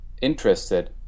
interested